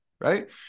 right